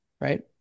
right